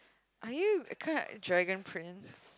are you a kind of dragon prince